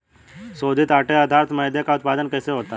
शोधित आटे अर्थात मैदे का उत्पादन कैसे होता है?